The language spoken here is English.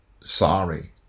sorry